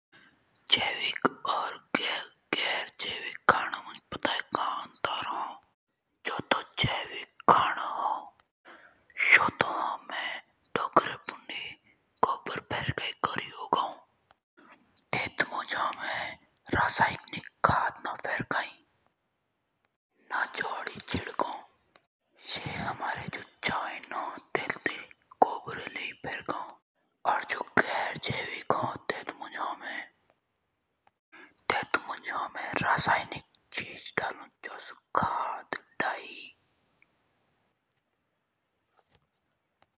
जेवी खाणो और गेर जेवी खाणो मुञ्ज भुत अंतर हो जोस जेवी खाणो हों सो तो हामे धोक्रे पूंदो गोडर डाली कोरी र्होन उगाई। और जो गेर जेवीक खाणो हों तेतोक खाद डाल कोरी जोस युरिया रसायनिक खाद डाल कोरी र्होन उगाई।